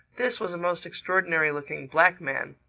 this was a most extraordinary-looking black man.